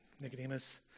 Nicodemus